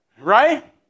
right